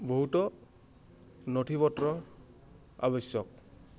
বহুতো নথি পত্ৰ আৱশ্যক